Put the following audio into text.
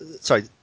Sorry